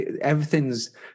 everything's